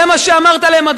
זה מה שאמרת להם,